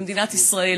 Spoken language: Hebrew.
במדינת ישראל,